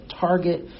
target